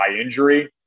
injury